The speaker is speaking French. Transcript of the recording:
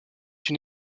une